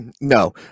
No